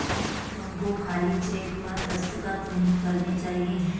तुमको खाली चेक पर दस्तखत नहीं करने चाहिए